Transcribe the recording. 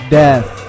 death